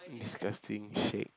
disgusting shake